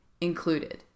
included